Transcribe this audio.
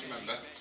remember